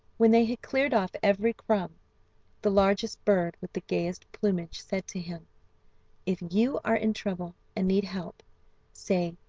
when they had cleared off every crumb the largest bird with the gayest plumage said to him if you are in trouble and need help say,